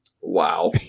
Wow